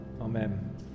Amen